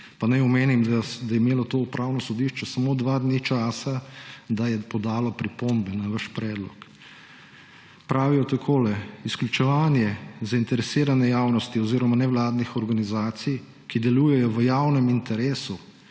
pa naj omenim, da je imelo Upravno sodišče samo dva dni časa, da je podalo pripombe na vaš predlog. Pravijo takole, »izključevanje zainteresirane javnosti oziroma nevladnih organizacij, ki delujejo v javnem interesu,